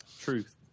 truth